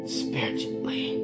spiritually